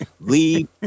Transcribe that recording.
leave